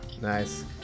Nice